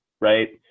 right